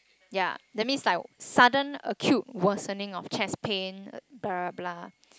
ya that means like sudden acute worsening of chest pain blah blah blah